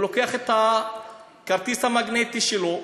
הוא לוקח את הכרטיס המגנטי שלו,